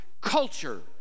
culture